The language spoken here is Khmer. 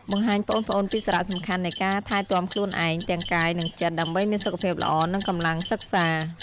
បង្ហាញប្អូនៗពីសារៈសំខាន់នៃការ ថែទាំខ្លួនឯង ទាំងកាយ និងចិត្ត ដើម្បីមានសុខភាពល្អ និងកម្លាំងសិក្សា ។